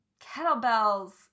kettlebells